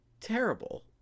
terrible